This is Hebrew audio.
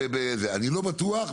אני לא בטוח,